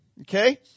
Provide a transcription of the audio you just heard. Okay